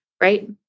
Right